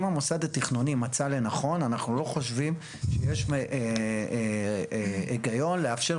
אם המוסד התכנוני מצא לנכון אנחנו לא חושבים שיש היגיון לאפשר.